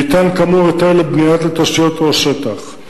ניתן, כאמור, היתר לבניית תשתיות ראש שטח.